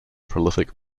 prolific